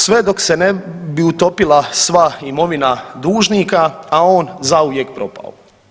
Sve dok se ne bi utopila sva imovina dužnika, a on zauvijek propao.